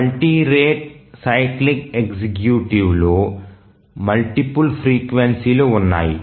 multi rate cyclic ఎగ్జిక్యూటివ్లో multiple ఫ్రీక్వెన్సీలు ఉన్నాయి